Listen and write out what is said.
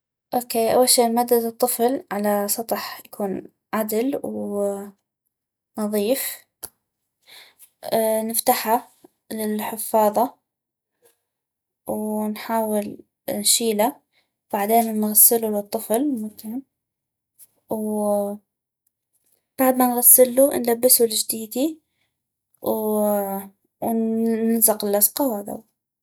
اوكي اول شي نمدد الطفل على سطح يكون عدل ونظيف نفتحا للحفاظة ونحاول نشيلا وبعدين نغسلو للطفل وبعد ما نغلسو نلبسو الجديدي ونلزق اللزقة وهذا هو